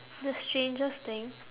the strangest thing